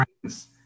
friends